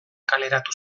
kaleratu